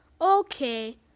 Okay